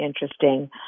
interesting